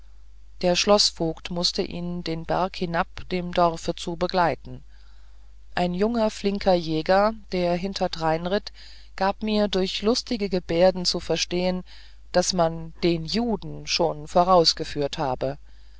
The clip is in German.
der schloßvogt mußte ihn den berg hinab dem dorfe zu begleiten ein junger flinker jäger der hinterdreinritt gab mir durch lustige gebärden zu verstehn daß man den juden schon vorausgeführt habe